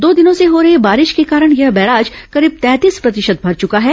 दो दिनों से हो रही बारिश के कारण यह बैराज करीब तैंतीस प्रतिशत भर चुका है